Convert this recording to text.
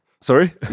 Sorry